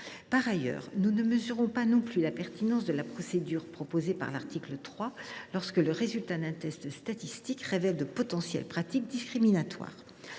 Par ailleurs, nous ne mesurons pas non plus la pertinence de la procédure prévue à l’article 3, lorsque le résultat d’un test statistique révèle de potentielles pratiques discriminatoires.